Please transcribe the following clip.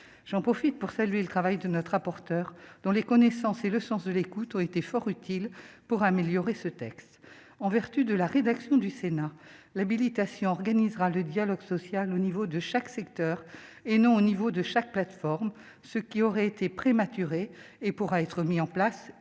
J'en profite pour saluer le travail de notre rapporteur, dont les connaissances et le sens de l'écoute ont été fort utiles pour améliorer ce texte. En vertu de la rédaction proposée par le Sénat, l'habilitation porte sur l'organisation du dialogue social au niveau de chaque secteur, et non au niveau de chaque plateforme, ce qui aurait été prématuré et pourra être mis en place ultérieurement.